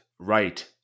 right